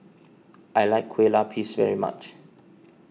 I like Kue Lupis very much